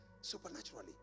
supernaturally